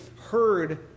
heard